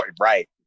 Right